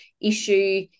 issue